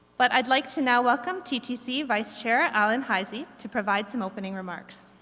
but i'd like to now welcome ttc vice chair alan heisey to provide some opening remarks.